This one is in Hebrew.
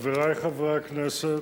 חברי חברי הכנסת,